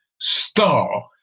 star